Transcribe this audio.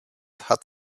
hat